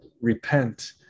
Repent